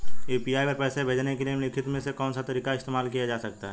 UPI पर पैसे भेजने के लिए निम्नलिखित में से कौन सा तरीका इस्तेमाल किया जा सकता है?